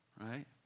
right